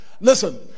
listen